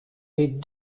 les